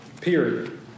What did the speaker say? Period